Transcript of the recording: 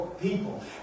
people